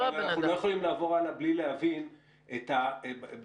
אבל אנחנו לא יכולים לעבור הלאה בלי להבין את התכלית.